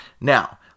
Now